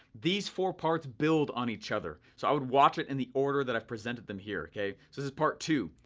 these four parts build on each other. so i would watch it in the order that i've presented them here, okay. so this is part two.